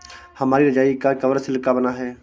हमारी रजाई का कवर सिल्क का बना है